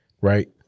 right